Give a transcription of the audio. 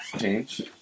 Change